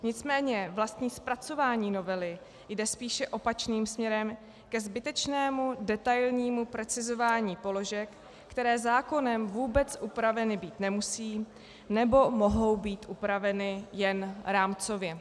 Nicméně vlastní zpracování novely jde spíše opačným směrem, ke zbytečnému detailnímu precizování položek, které zákonem vůbec upraveny být nemusí, nebo mohou být upraveny jen rámcově.